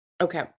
Okay